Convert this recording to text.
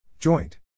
Joint